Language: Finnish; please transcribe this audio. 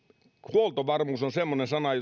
huoltovarmuus on semmoinen sana